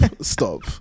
Stop